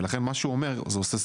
ולגן מה שהוא אומר הגיוני.